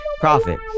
Profit